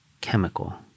chemical